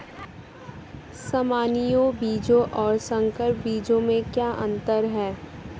सामान्य बीजों और संकर बीजों में क्या अंतर है?